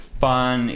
fun